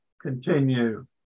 continue